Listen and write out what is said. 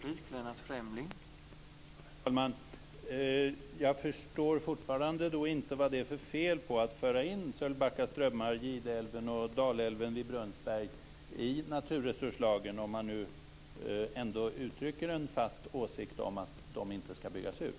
Herr talman! Jag förstår fortfarande inte varför det skulle vara fel att föra in Sölvbacka strömmar, Gideälven och Dalälven vid Brunnsberg i naturresurslagen, om man ändå uttrycker en fast åsikt om att de inte skall byggas ut.